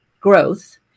growth